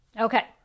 okay